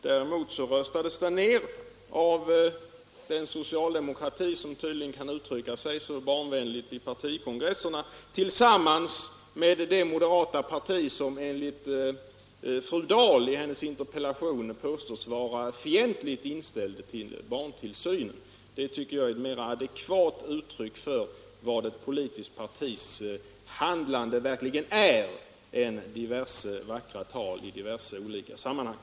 Däremot röstades förslaget ned av den socialdemokrati som tydligen kan uttrycka sig mycket barnvänligt vid partikongresser tillsammans med det moderata parti som fru Dahl i sin interpellation påstår vara fientligt inställt till barntillsyn. Det voteringsresultatet tycker jag är ett mer adekvat uttryck för vad ett politiskt partis handlande verkligen är än diverse vackra tal i diverse sammanhang.